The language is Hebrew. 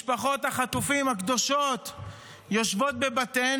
משפחות החטופים הקדושות יושבות בבתיהן